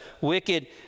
wicked